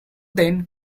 then